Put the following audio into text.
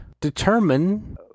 determine